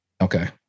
okay